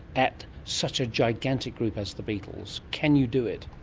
at such a gigantic group as the beetles? can you do it?